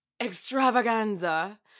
extravaganza